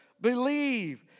believe